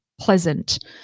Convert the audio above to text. pleasant